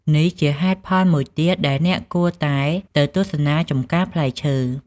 នេះជាហេតុផលមួយទៀតដែលអ្នកគួរតែទៅទស្សនាចម្ការផ្លែឈើ។